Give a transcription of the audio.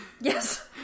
Yes